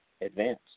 advance